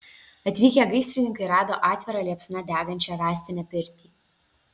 atvykę gaisrininkai rado atvira liepsna degančią rąstinę pirtį